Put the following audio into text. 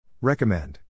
Recommend